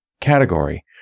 category